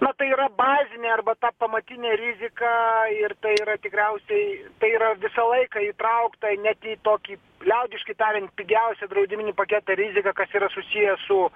na tai yra bazinė arba ta pamatinė rizika ir tai yra tikriausiai tai yra visą laiką įtraukta net į tokį liaudiškai tariant pigiausią draudiminį paketą rizika kas yra susiję su